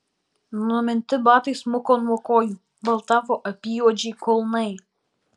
numinti batai smuko nuo kojų baltavo apyjuodžiai kulnai